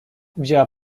wzięła